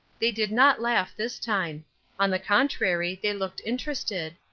they did not laugh this time on the contrary, they looked interested.